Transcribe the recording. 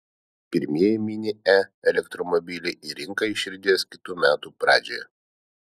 pirmieji mini e elektromobiliai į rinką išriedės kitų metų pradžioje